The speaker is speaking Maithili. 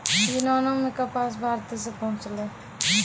यूनानो मे कपास भारते से पहुँचलै